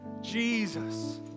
Jesus